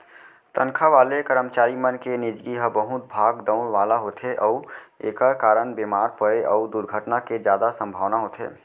तनखा वाले करमचारी मन के निजगी ह बहुत भाग दउड़ वाला होथे अउ एकर कारन बेमार परे अउ दुरघटना के जादा संभावना होथे